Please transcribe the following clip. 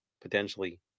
potentially